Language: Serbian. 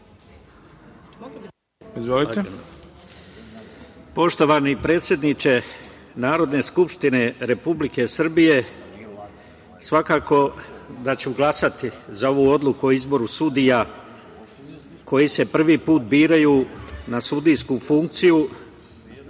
Poštovani predsedniče Narodne skupštine Republike Srbije, svakako da ću glasati za ovu odluku o izboru sudija, koji se prvi put biraju na sudijsku funkciju,